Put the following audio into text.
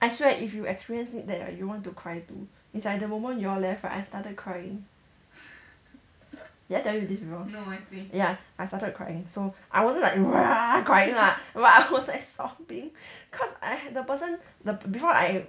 I swear if you experience this that right you want to cry too it's like the moment you all left right I started crying did I tell you this before ya I started crying so I wasn't like crying lah but I was like sobbing cause I had the person the before I